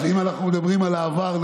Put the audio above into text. אם אנחנו מדברים על העבר.